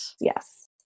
Yes